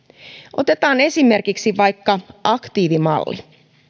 otetaan esimerkiksi vaikka aktiivimalli